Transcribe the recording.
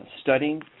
studying